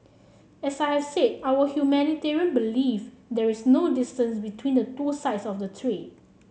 as I have said our humanitarian belief there's no distance between the two sides of the strait